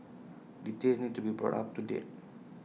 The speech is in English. details need to be brought up to date